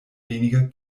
weniger